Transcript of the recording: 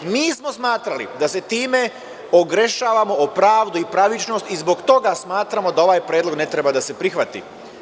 Mi smo smatrali da se time ogrešavamo o pravdu i pravičnost i zbog toga smatramo da ovaj predlog ne treba da se prihvati.